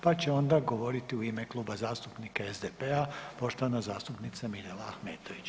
Pa će onda govoriti u ime Kluba zastupnika SDP-a poštovana zastupnica Mirela Ahmetović.